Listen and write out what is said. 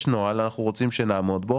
יש נוהל, אנחנו רוצים שנעמוד בו.